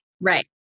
right